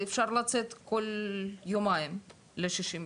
אפשר לצאת כל יומיים ל-60 יום.